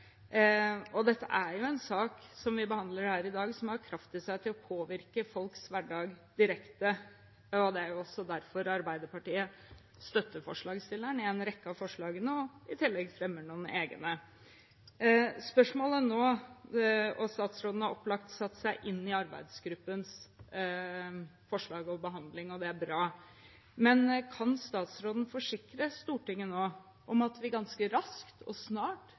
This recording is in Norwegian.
som vi behandler her i dag, har kraft til å påvirke folks hverdag direkte, og det er også derfor Arbeiderpartiet støtter forslagsstillerne i en rekke av forslagene og i tillegg fremmer noen egne. Statsråden har opplagt satt seg inn i arbeidsgruppens forslag og behandling, og det er bra, men kan statsråden nå forsikre Stortinget om at vi ganske raskt vil se praktisk politikk komme ut av dette arbeidet, slik at vi kan avlaste og